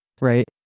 right